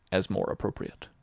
as more appropriate.